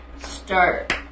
start